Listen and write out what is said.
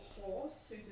Horse